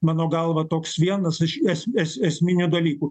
mano galva toks vienas iš es es esminių dalykų